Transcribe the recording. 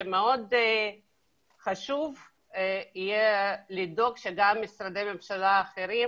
שמאוד חשוב יהיה לדאוג שגם משרדי הממשלה האחרים